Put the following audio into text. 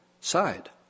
side